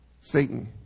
Satan